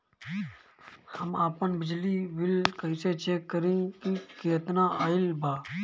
हम आपन बिजली बिल कइसे चेक करि की केतना आइल बा?